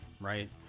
right